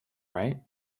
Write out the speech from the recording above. right